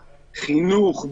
חינוך,